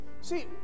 See